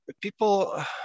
people